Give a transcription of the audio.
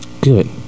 Good